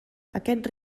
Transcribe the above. aquests